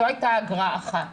זו הייתה אגרה אחת.